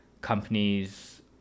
companies